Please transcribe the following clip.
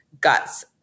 guts